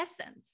essence